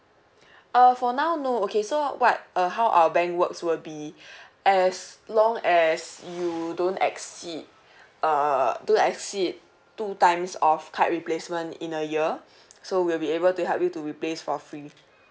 uh for now no okay so what uh how our bank works will be as long as you don't exceed uh don't exceed two times of card replacement in a year so we'll be able to help you to replace for free